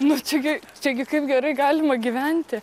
nu čia gi čia gi kaip gerai galima gyventi